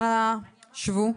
אנא שבו.